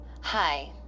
Hi